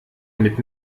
mit